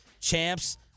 champs